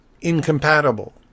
incompatible